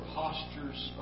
postures